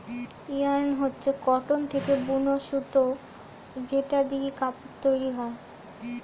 yarn হচ্ছে cotton থেকে বুন সুতো যেটা দিয়ে কাপড় তৈরী হয়